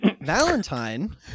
Valentine